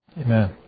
Amen